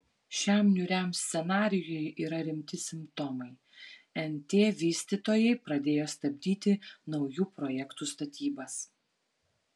šiam niūriam scenarijui yra rimti simptomai nt vystytojai pradėjo stabdyti naujų projektų statybas